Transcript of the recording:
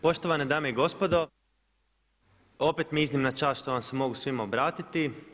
Poštovane dame i gospodo, opet mi je iznimna čast što vam se mogu svima obratiti.